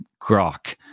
grok